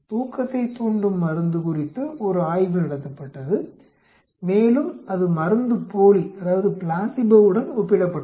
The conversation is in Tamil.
தூக்கத்தைத் தூண்டும் மருந்து குறித்து ஒரு ஆய்வு நடத்தப்பட்டது மேலும் அது மருந்துப்போலியுடன் ஒப்பிடப்பட்டது